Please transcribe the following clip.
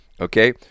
okay